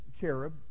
cherub